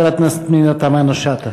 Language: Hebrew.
חברת הכנסת פנינה תמנו-שטה.